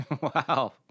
Wow